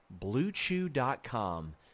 BlueChew.com